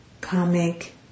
comic